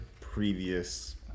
previous